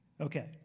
Okay